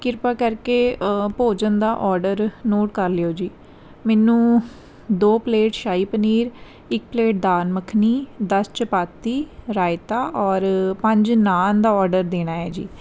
ਕਿਰਪਾ ਕਰਕੇ ਭੋਜਨ ਦਾ ਓਰਡਰ ਨੋਟ ਕਰ ਲਿਓ ਜੀ ਮੈਨੂੰ ਦੋ ਪਲੇਟ ਸ਼ਾਹੀ ਪਨੀਰ ਇੱਕ ਪਲੇਟ ਦਾਲ ਮੱਖਣੀ ਦਸ ਚਪਾਤੀ ਰਾਇਤਾ ਔਰ ਪੰਜ ਨਾਨ ਦਾ ਓਰਡਰ ਦੇਣਾ ਹੈ ਜੀ